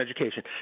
education